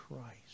Christ